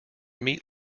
meat